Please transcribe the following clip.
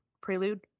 prelude